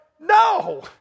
No